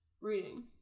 Reading